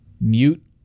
mute